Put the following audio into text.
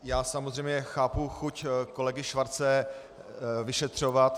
Já samozřejmě chápu chuť kolegy Schwarze vyšetřovat.